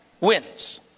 wins